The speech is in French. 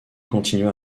continua